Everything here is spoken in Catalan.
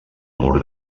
mur